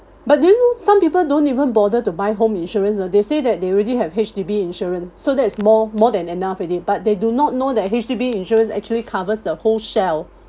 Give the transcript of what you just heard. but do you know some people don't even bother to buy home insurance ah they say that they already have H_D_B insurance so that's more more than enough already but they do not know that H_D_B insurance actually covers the whole shell